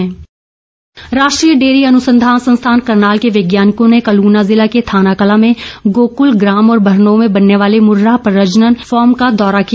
दौरा राष्ट्रीय डेयरी अनुसंधान संस्थान करनाल के वैज्ञानिकों ने कल उना जिला के थानाकलां में गोकल ग्राम और बरनोह में बनने वाले मूर्राह प्रजनन फॉर्म का दौरा किया